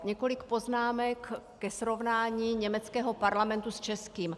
Několik poznámek ke srovnání německého parlamentu s českým.